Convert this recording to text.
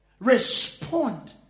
Respond